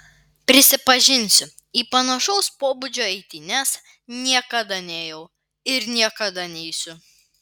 prisipažinsiu į panašaus pobūdžio eitynes niekada neėjau ir niekada neisiu